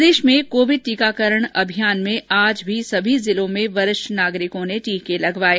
प्रदेश में कोविड टीकाकरण अभियान में आज भी सभी जिलों में वरिष्ठ नागरिकों ने टीके लगवाये